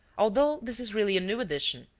although this is really a new edition,